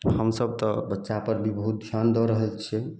हमसब तऽ बच्चा पर भी बहुत ध्यान दऽ रहल छियै